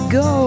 go